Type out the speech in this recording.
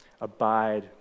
Abide